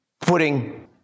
putting